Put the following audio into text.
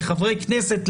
לחברי כנסת,